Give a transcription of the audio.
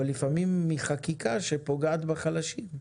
אבל לפעמים זה נובע מחקיקה שפוגעת בחלשים.